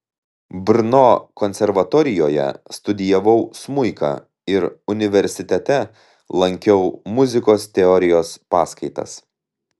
brno konservatorijoje studijavau smuiką ir universitete lankiau muzikos teorijos paskaitas